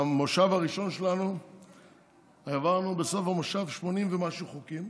במושב הראשון שלנו העברנו בסוף המושב 80 ומשהו חוקים.